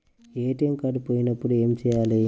ATM card పోయినప్పుడు ఏమి చేయాలి?